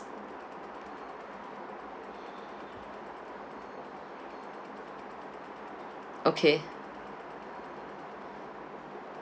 okay